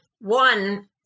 One